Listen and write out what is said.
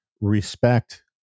respect